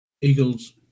Eagles